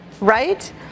right